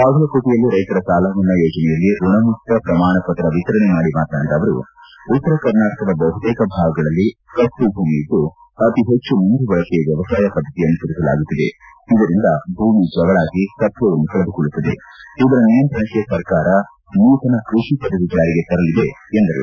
ಬಾಗಲಕೋಟೆಯಲ್ಲಿ ರೈತರ ಸಾಲಮನ್ನಾ ಯೋಜನೆಯಲ್ಲಿ ಋಣಮುಕ್ತ ಪ್ರಮಾಣ ಪತ್ರ ವಿತರಣೆ ಮಾಡಿ ಮಾತನಾಡಿದ ಅವರು ಉತ್ತರ ಕರ್ನಾಟಕದ ಬಹುತೇಕ ಭಾಗಗಳಲ್ಲಿ ಕಪ್ಪು ಭೂಮಿಯಿದ್ದು ಅತಿ ಹೆಚ್ಚು ನೀರು ಬಳಕೆಯ ವ್ಯವಸಾಯ ಪದ್ಧತಿ ಅನುಸರಿಸಲಾಗುತ್ತಿದೆ ಇದರಿಂದ ಭೂಮಿ ಜವಳಾಗಿ ಸತ್ವವನ್ನು ಕಳೆದುಕೊಳ್ಳುತ್ತದೆ ಇದರ ನಿಯಂತ್ರಣಕ್ಕೆ ಸರ್ಕಾರ ನೂತನ ಕೃಷಿ ಪದ್ದತಿ ಜಾರಿಗೆ ತರಲಿದೆ ಎಂದರು